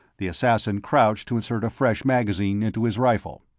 the assassin crouched to insert a fresh magazine into his rifle.